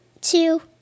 two